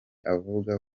avuga